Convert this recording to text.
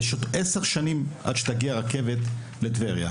יש עוד עשר שנים עד שתגיע רכבת לטבריה.